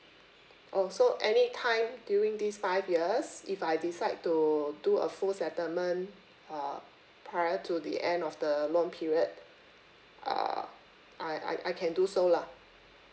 oh so any time during this five years if I decide to do a full settlement uh prior to the end of the loan period I I I can do so lah